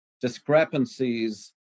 discrepancies